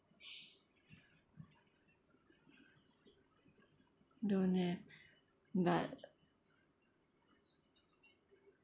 don't eh but